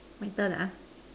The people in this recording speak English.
my turn ah